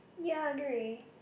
ya agree